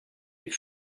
les